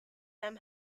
them